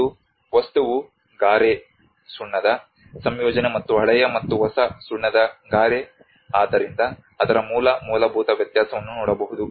ಮತ್ತು ವಸ್ತುವು ಗಾರೆ ಸುಣ್ಣದ ಸಂಯೋಜನೆ ಮತ್ತು ಹಳೆಯ ಮತ್ತು ಹೊಸ ಸುಣ್ಣದ ಗಾರೆ ಆದ್ದರಿಂದ ಅದರ ಮೂಲ ಮೂಲಭೂತ ವ್ಯತ್ಯಾಸವನ್ನು ನೋಡಬಹುದು